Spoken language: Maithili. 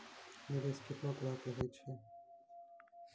निवेश केतना तरह के होय छै?